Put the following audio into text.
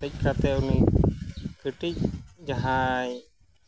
ᱦᱮᱡ ᱠᱟᱛᱮᱫ ᱩᱱᱤ ᱠᱟᱹᱴᱤᱡ ᱡᱟᱦᱟᱸᱭ